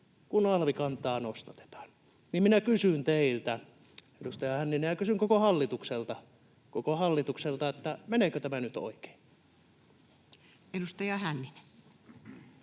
kun alvikantaa nostatetaan. Minä kysyn teiltä, edustaja Hänninen, ja kysyn koko hallitukselta, että meneekö tämä nyt oikein. [Speech